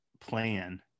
plan